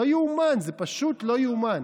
לא יאומן, זה פשוט לא יאומן.